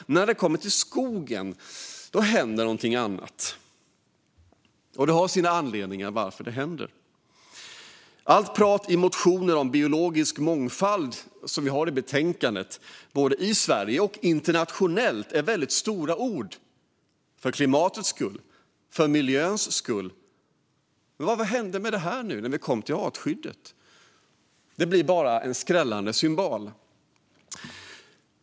Men när det kommer till skogen händer någonting annat. Det har sina anledningar. Allt prat i motioner och i betänkandet om biologisk mångfald, både i Sverige och internationellt, innehåller väldigt stora ord: för klimatets skull, för miljöns skull. Vad hände med detta när vi kom till artskyddet? Det blir bara en skrällande cymbal.